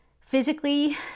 physically